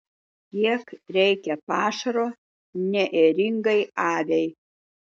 kiek reikia pašaro neėringai aviai